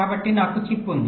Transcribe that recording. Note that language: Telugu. కాబట్టి నాకు చిప్ ఉంది